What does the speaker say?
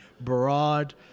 broad